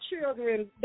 children